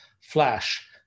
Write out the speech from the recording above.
flash